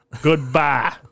goodbye